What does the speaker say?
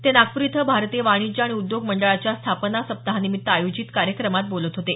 ते नागपूर इथं भारतीय वाणिज्य आणि उद्योग मंडळाच्या स्थापना सप्ताहानिमित्त आयोजित कार्यक्रमात बोलत होते